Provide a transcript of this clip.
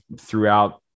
throughout